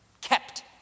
kept